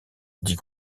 dit